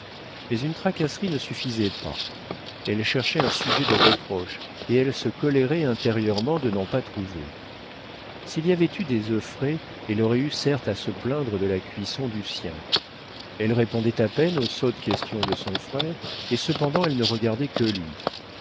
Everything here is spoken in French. mais une tracasserie ne suffisait pas elle cherchait un sujet de reproche et elle se colérait intérieurement de n'en pas trouver s'il y avait eu des œufs frais elle aurait eu certes à se plaindre de la cuisson du sien elle répondait à peine aux sottes questions de son frère et cependant elle ne regardait que lui